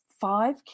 five